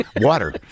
water